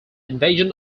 invasion